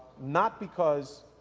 not because,